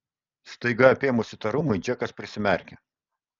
staiga apėmus įtarumui džekas prisimerkė